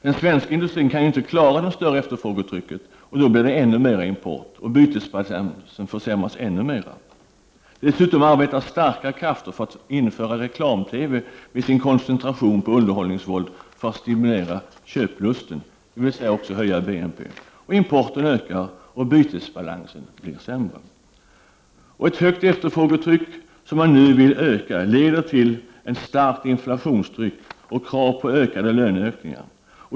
Den svenska industrin kan inte klara det större efterfrågetrycket, och då blir det ännu mera import och bytesbalansen försämras ännu mera. Dessutom arbetar starka krafter för att införa reklam TV med sin koncentration på underhållningsvåld för att stimulera köplusten — dvs. också höja BNP. Och importen ökar och bytesbalansen blir sämre. Ett högt efterfrågetryck som man nu vill öka leder till ett starkt inflationstryck och krav på ökade löneökningar.